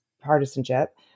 partisanship